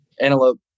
antelope